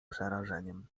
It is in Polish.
przerażeniem